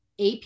AP